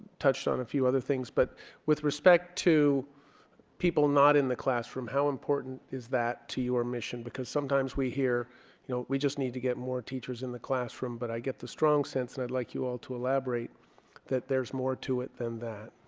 touched on a few other things but with respect to people not in the classroom how important is that to your mission because sometimes we hear you know we just need to get more teachers in the classroom but i get the strong sense i'd like you all to elaborate that there's more to it than that